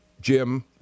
Jim